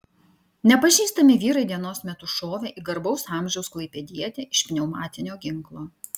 nepažįstami vyrai dienos metu šovė į garbaus amžiaus klaipėdietį iš pneumatinio ginklo